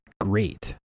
great